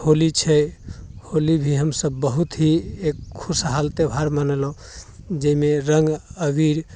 होली छै होली भी हमसभ बहुत ही एक खुशहाल त्योहार मनेलहुँ जैमे रङ्ग अबीर